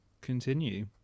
continue